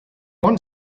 one